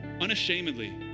unashamedly